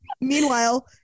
Meanwhile